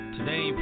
Today